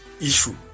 issue